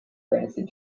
grandson